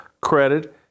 credit